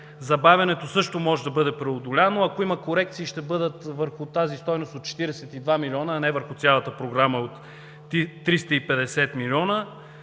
Забавянето също може да бъде преодоляно. Ако има корекции, те ще бъдат върху стойността от 42 млн. лв., а не върху цялата Програма от 350 милиона.